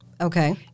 Okay